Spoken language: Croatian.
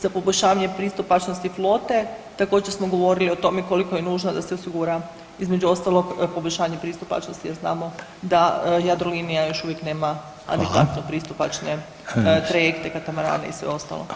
Za poboljšavanje pristupnosti flote također smo govorili o tome koliko je nužno da se osigura između ostalo poboljšanje pristupačnosti jer znamo da Jadrolinija još uvijek nema adekvatno pristupačne trajekte, katamarane i sve ostalo.